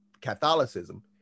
Catholicism